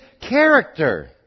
character